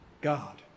God